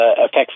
Affects